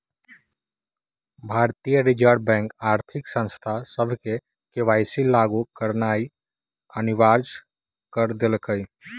भारतीय reserve bank आर्थिक संस्था सभके के.वाई.सी लागु करनाइ अनिवार्ज क देलकइ